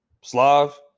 Slav